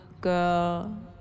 girl